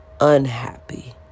unhappy